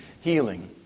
healing